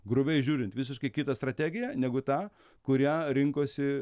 grubiai žiūrint visiškai kitą strategiją negu tą kurią rinkosi